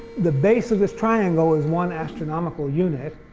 the base of this triangle is one astronomical unit,